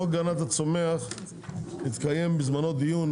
בחוק הגנת הצומח התקיים בזמנו דיון,